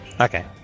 okay